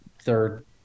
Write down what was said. third